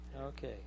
Okay